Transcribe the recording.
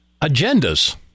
agendas